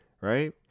right